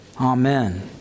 Amen